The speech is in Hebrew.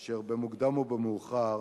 אשר במוקדם או במאוחר